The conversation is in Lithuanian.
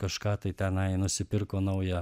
kažką tai tenai nusipirko naują